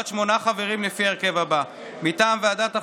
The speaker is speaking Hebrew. בת 12 חברים, לפי ההרכב הזה: מטעם ועדת החוקה,